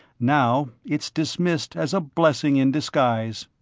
now it's dismissed as a blessing in disguise.